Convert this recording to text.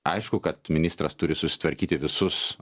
aišku kad ministras turi susitvarkyti visus